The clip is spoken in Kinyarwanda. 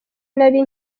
nari